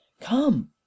come